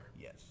Yes